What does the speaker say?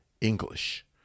English